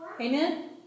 Amen